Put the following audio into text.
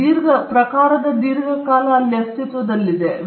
ಈಗ ಈ ಪ್ರಕಾರದ ದೀರ್ಘಕಾಲ ಅಸ್ತಿತ್ವದಲ್ಲಿದೆ